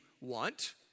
want